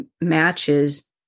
matches